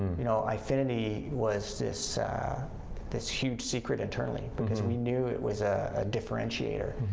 you know, eyefinity was this this huge secret internally, because we knew it was a differentiator.